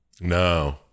No